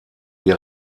die